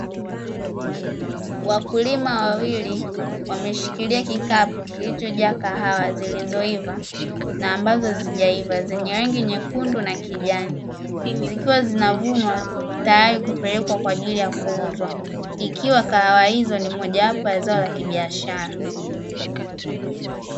Wakulima wawili wameshikilia kikapu kilichojaa kahawa zilizoiva na ambazo hazijaiva, zenye rangi nyekundu na kijani zikiwa zinavunwa tayari kupelekwa kwa ajili ya kuuzwa ikiwa kahawa hizo ni mojawapo ya zao la kibiashara.